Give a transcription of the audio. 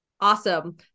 Awesome